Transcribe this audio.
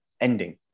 ending